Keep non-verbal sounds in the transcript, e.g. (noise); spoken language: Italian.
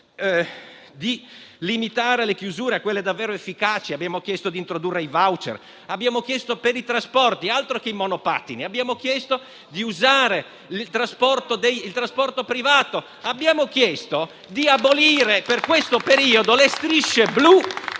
Abbiamo chiesto di limitare le chiusure a quelle davvero efficaci. Abbiamo chiesto di introdurre i *voucher*. Per i trasporti, altro che i monopattini, abbiamo chiesto di usare il trasporto privato. (applause) Abbiamo chiesto di abolire per questo periodo le strisce blu